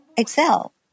Excel